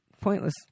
pointless